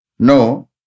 No